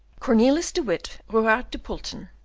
cornelius de witt, ruart de pulten,